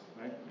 right